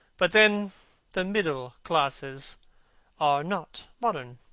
but then the middle classes are not modern.